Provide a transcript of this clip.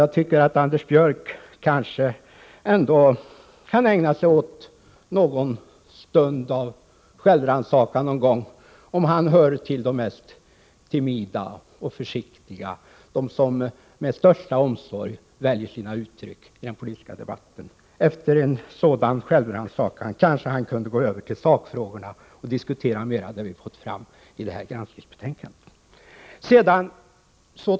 Jag tycker att Anders Björck borde ägna någon stund åt självrannsakan och fråga sig om han hör till de mest timida och försiktiga, till dem som med största omsorg väljer sina uttryck i den politiska debatten. Efter en sådan självrannsakan kunde han kanske gå över till sakfrågorna och inrikta sig på att diskutera det som står i granskningsbetänkandet.